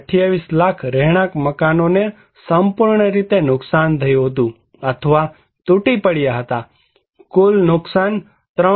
28 લાખ રહેણાંક મકાનો ને સંપૂર્ણ રીતે નુકસાન થયું હતું અથવા તૂટી પડ્યા હતા કુલ નુકસાન 3